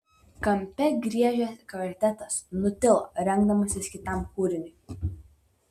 kampe griežęs kvartetas nutilo rengdamasis kitam kūriniui